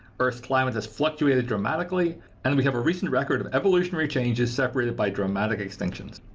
earth's climate has fluctuated dramatically and we have a recent record of evolutionary changes separated by dramatic extinctions.